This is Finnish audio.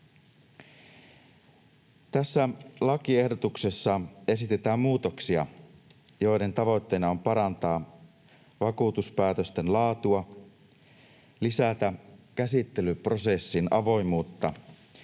Tässä lakiehdotuksessa esitetään muutoksia, joiden tavoitteena on parantaa vakuutuspäätösten laatua, lisätä käsittelyprosessin avoimuutta